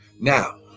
now